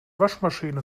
waschmaschine